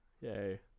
Yay